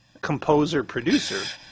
composer-producer